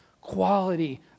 quality